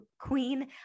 queen